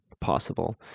possible